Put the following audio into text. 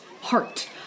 heart